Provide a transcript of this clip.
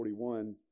41